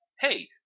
hey